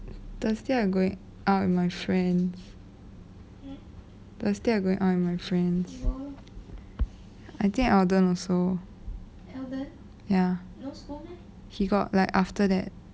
thursday I going out with my friends thursday I going with my friends I think eldon also ya he got like after that